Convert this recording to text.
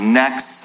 next